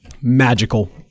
Magical